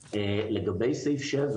לגבי סעיף 7